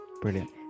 Brilliant